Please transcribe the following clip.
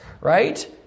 right